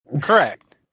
Correct